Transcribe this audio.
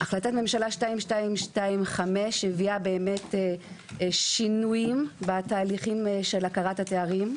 החלטת ממשלה 2225 הביאה באמת שינויים בתהליכים של הכרת התארים,